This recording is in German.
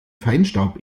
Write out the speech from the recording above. feinstaub